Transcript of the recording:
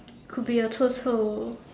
could be your 臭臭